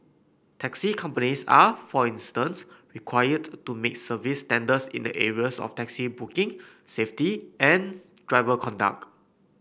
taxi companies are for instance required to meet service standards in the areas of taxi booking safety and driver conduct